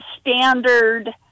standard